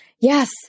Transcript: Yes